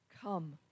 come